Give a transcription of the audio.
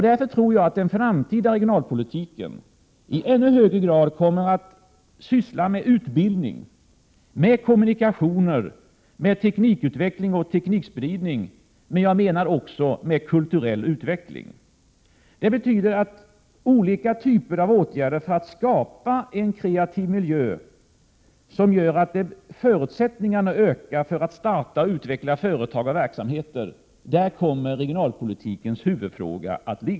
Därför tror jag att den framtida regionalpolitiken i ännu högre grad kommer att syssla med utbildning, kommunikation, teknikutveckling och teknikspridning men också med kulturell utveckling. Det betyder att olika typer av åtgärder för att skapa en kreativ miljö som gör att förutsättningarna ökar för att starta och utveckla företag och verksamheter kommer att vara regionalpolitikens huvudfråga.